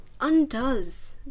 undoes